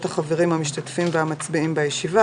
החברים המשתתפים והמצביעים בישיבה,